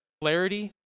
clarity